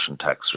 tax